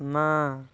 ନା